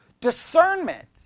discernment